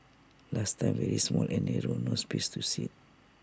last time very small and narrow no space to sit